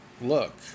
look